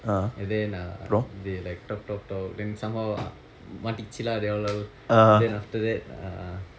and then uh they like talk talk talk then somehow மாட்டிக்கிச்சு:mattikkicchu lah they all all then after that ah